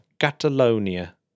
Catalonia